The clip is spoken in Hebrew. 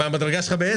המדרגה שלך היא ב-10.